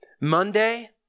Monday